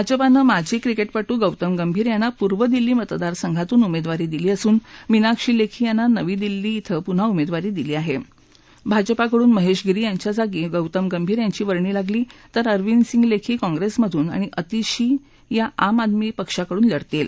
भाजपानधिजी cricketer Gautam Gambhir यांना पूर्व दिल्ली मतदारसंघातून उमदिवारी दिली असून मीनाक्षी लखी यांना नवी दिल्ली इथं पुन्हा उमेखारी दिली आहा आजपाकडून महातागिरी यांच्याजागी गौतम गंभीर यांची वर्णी लागली तर अरविंद सिंग लखी काँग्रस्मधून आणि अतिशी या आम आदमी पक्षाकडून लढतील